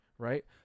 Right